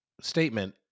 statement